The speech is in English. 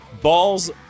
Balls